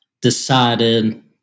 decided